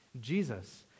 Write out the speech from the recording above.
Jesus